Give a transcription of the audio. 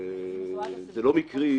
זה נכון,